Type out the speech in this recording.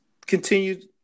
continue